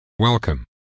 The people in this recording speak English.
Welcome